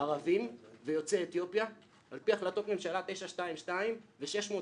העקבים ויוצאי אתיופיה על פי החלטות ממשלה 922 ו-609.